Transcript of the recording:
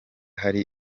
hari